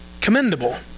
Commendable